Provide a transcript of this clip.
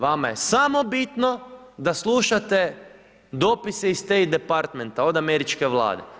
Vama je samo bitno da slušate dopise iz State Departmenta, od američke Vlade.